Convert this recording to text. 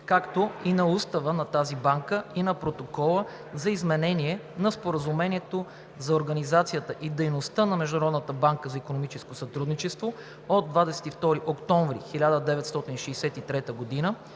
както и на Устава на тази банка и на Протокола за изменение на Споразумението за организацията и дейността на Международната банка за икономическо сътрудничество от 22 октомври 1963 г.